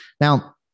Now